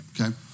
Okay